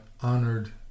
honored